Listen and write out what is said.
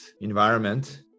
environment